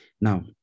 now